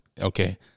Okay